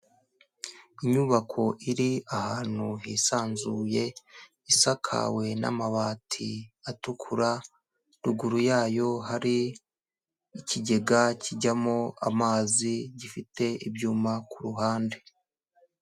Inyubako iri ahantu hisanzuye, isakawe n'amabati atukura, ruguru yayo hari ikigega kijyamo amazi gifite ibyuma ku ruhande.